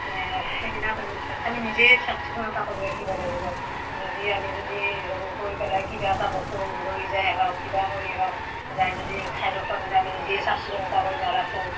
সেইবিলাক আমি নিজেই চাফ চিকুণতা কৰি ৰাখিব লাগিব যদি আমি যদি গৈ পেলাই কিবা এটা বস্তু লৈ যোৱাই হওক কিবা কৰিয়ে হওক যাই যদি ঠাইডোখৰ যদি আমি নিজেই চাফ চিকুণতা কৰি নাৰাখোঁ